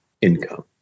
income